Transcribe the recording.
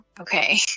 Okay